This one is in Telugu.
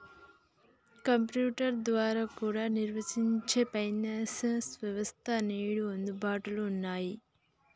కంప్యుటర్ ద్వారా కూడా నిర్వహించే ఫైనాన్స్ వ్యవస్థలు నేడు అందుబాటులో ఉన్నయ్యి